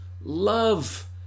love